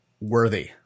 worthy